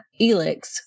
Elix